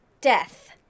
Death